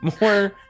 More